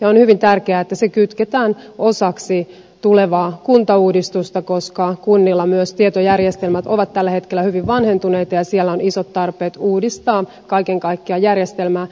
on hyvin tärkeää että ne kytketään osaksi tulevaa kuntauudistusta koska kunnilla myös tietojärjestelmät ovat tällä hetkellä hyvin vanhentuneita ja siellä on isot tarpeet uudistaa kaiken kaikkiaan järjestelmää